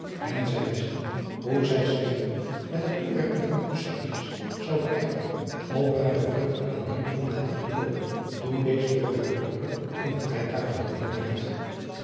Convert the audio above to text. en zij wist niet hoe zij zich genoeg met het toewerpen van kushandjes zou beijveren om hare vreugde aan hillegonda te betoonen toen deze door haren broeder van het rijtuig geholpen werd